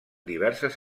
diverses